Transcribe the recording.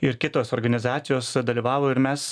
ir kitos organizacijos dalyvavo ir mes